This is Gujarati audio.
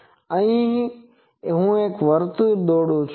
હું અહી વર્તુળ દોરું છું